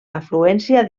afluència